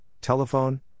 Telephone